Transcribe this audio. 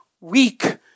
weak